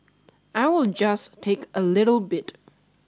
I will just take a little bit